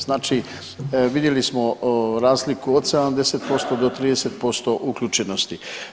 Znači vidjeli smo razliku od 70% do 30% uključenosti.